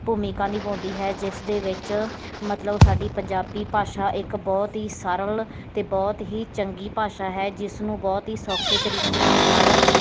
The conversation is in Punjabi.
ਭੂਮਿਕਾ ਨਿਭਾਉਂਦੀ ਹੈ ਜਿਸ ਦੇ ਵਿੱਚ ਮਤਲਬ ਸਾਡੀ ਪੰਜਾਬੀ ਭਾਸ਼ਾ ਇੱਕ ਬਹੁਤ ਹੀ ਸਰਲ ਅਤੇ ਬਹੁਤ ਹੀ ਚੰਗੀ ਭਾਸ਼ਾ ਹੈ ਜਿਸ ਨੂੰ ਬਹੁਤ ਹੀ ਸੌਖੇ ਤਰੀਕੇ ਦੇ ਨਾਲ